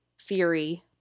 Theory